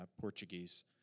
Portuguese